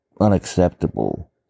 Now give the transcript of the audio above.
unacceptable